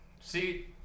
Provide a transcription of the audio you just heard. See